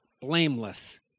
blameless